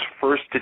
first